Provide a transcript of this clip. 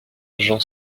j’en